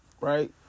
Right